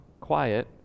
quiet